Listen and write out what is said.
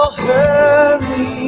hurry